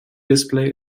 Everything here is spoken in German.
display